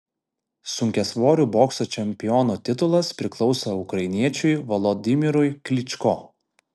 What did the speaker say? sunkiasvorių bokso čempiono titulas priklauso ukrainiečiui volodymyrui klyčko